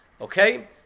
Okay